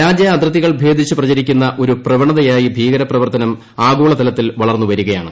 രാജ്യാതിർത്തികൾ ഭേദിച്ച് പ്രചരിക്കുന്ന ഒരു പ്രവണതയായി ഭീകര പ്രവർത്തനം ആഗോള തലത്തിൽ വളർന്നു വരികയാണ്